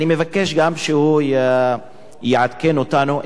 אני מבקש שהוא יעדכן אותנו,